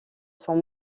sont